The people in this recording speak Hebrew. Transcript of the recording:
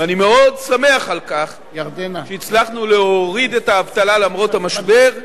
אני מאוד שמח על כך שהצלחנו להוריד את האבטלה למרות המשבר,